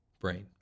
Brain